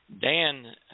Dan